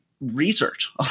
research